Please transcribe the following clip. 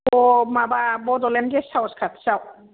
माबा Bodoland guest house खाथियाव